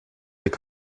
cock